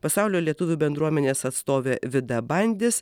pasaulio lietuvių bendruomenės atstovė vida bandis